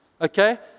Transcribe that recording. Okay